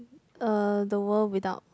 uh the world without